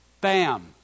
Bam